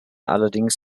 allerdings